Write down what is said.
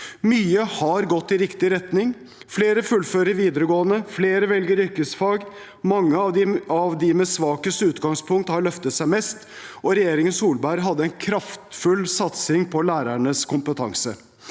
Mye har gått i riktig retning. Flere fullfører videregående, flere velger yrkesfag. Mange av dem med svakest utgangspunkt har løftet seg mest, og regjeringen Solberg hadde en kraftfull satsing på lærernes kompetanse.